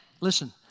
listen